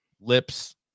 Lips